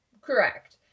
Correct